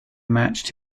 matched